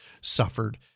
suffered